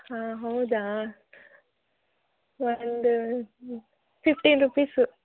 ಹಾಂ ಹೌದಾ ಒಂದು ಫಿಫ್ಟೀನ್ ರೂಪೀಸ್